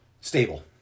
Stable